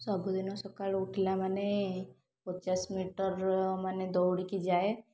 ସବୁଦିନ ସକାଳୁ ଉଠିଲା ମାନେ ପଚାଶ ମିଟର୍ର ମାନେ ଦୌଡ଼ିକି ଯାଏ